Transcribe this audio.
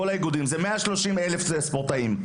כל האיגודים זה 130,000 ספורטאים.